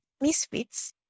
misfits